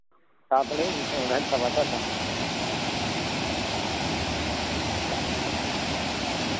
ᱟᱨ ᱛᱟᱞᱦᱮ ᱤᱱᱟᱹᱛᱮ ᱚᱲᱟᱜ ᱤᱧ ᱠᱟᱸᱛᱟ ᱛᱟᱭᱛᱚ